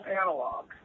analog